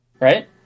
Right